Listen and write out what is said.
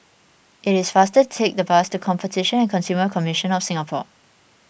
it is faster to take the bus to Competition and Consumer Commission of Singapore